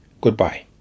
Goodbye